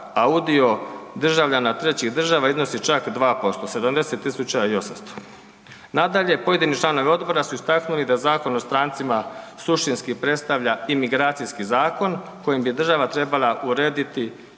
a udio državljana trećih država iznosi čak 2% 70.800. Nadalje, pojedini članovi odbora su istaknuli da Zakon o strancima suštinski predstavlja imigracijski zakon kojim bi država trebala urediti